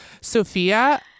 sophia